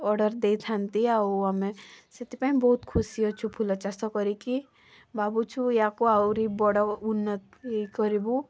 order ଦେଇଥାଆନ୍ତି ଆଉ ଆମେ ସେଥିପାଇଁ ବହୁତ ଖୁସି ଅଛୁ ଫୁଲ ଚାଷ କରିକି ଭାବୁଛୁ ୟାକୁ ଆହୁରି ବଡ଼ ଉନ୍ନତି କରିବୁ